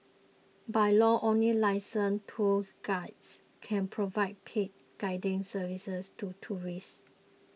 by law only licensed tourist guides can provide paid guiding services to tourists